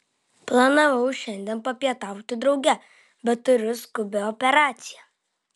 planavau šiandien papietauti drauge bet turiu skubią operaciją